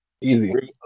Easy